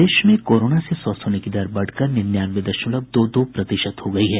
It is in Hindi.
प्रदेश में कोरोना से स्वस्थ होने की दर बढ़कर निन्यानवे दशमलव दो दो प्रतिशत हो गयी है